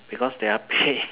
because their pay